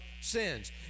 sins